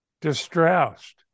Distressed